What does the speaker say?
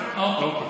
הבנו כבר,